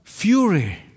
fury